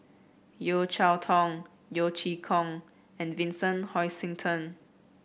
Yeo Cheow Tong Yeo Chee Kiong and Vincent Hoisington